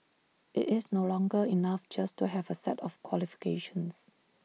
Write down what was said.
IT is no longer enough just to have A set of qualifications